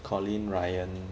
colin ryan